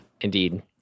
Indeed